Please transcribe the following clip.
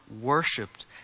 worshipped